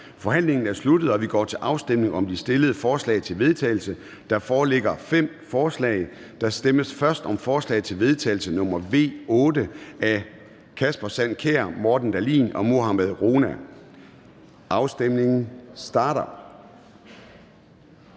Forhandlingen er sluttet, og vi går til afstemning om de stillede forslag til vedtagelse. Der foreligger fem forslag. Der stemmes først om forslag til vedtagelse nr. V 8 af Kasper Sand Kjær (S), Morten Dahlin (V) og Mohammad Rona (M). Afstemningen starter.